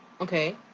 okay